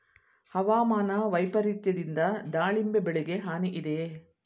ಹವಾಮಾನ ವೈಪರಿತ್ಯದಿಂದ ದಾಳಿಂಬೆ ಬೆಳೆಗೆ ಹಾನಿ ಇದೆಯೇ?